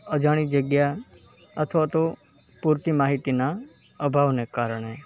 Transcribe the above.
અજાણી જગ્યા અથવા તો પૂરતી માહિતીનાં અભાવને કારણે